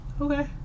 Okay